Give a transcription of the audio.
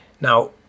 now